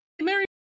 Mary